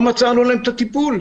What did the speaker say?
עצרנו להם את הטיפול.